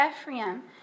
Ephraim